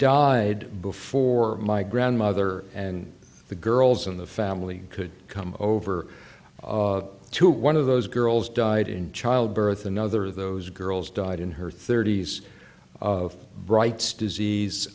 died before my grandmother and the girls in the family could come over to one of those girls died in childbirth another those girls died in her thirties bright's disease